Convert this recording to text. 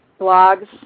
blogs